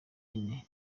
nyene